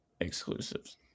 Exclusives